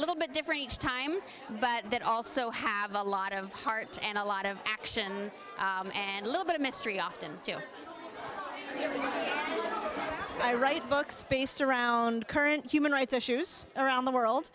little bit different each time but that also have a lot of heart and a lot of action and little bit of mystery often i write books based around current human rights issues around the world